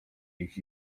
ich